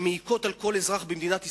שמעיקות על כל אזרח במדינת ישראל?